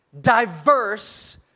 diverse